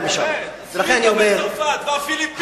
בצרפת והפיליפינית.